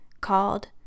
called